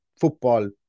football